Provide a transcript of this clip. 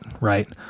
Right